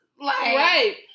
right